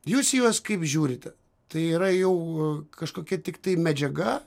jūs į juos kaip žiūrite tai yra jau a kažkokia tiktai medžiaga